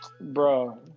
Bro